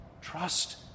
Trust